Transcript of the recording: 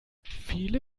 viele